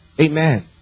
Amen